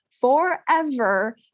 forever